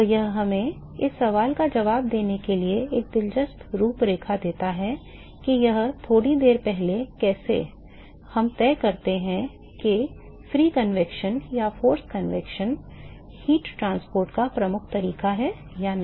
तो यह हमें इस सवाल का जवाब देने के लिए एक दिलचस्प रूपरेखा देता है कि यह थोड़ी देर पहले कैसे हम तय करते हैं कि मुक्त संवहन या बल संवहन ऊष्मा परिवहन का प्रमुख तरीका है या नहीं